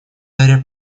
дарья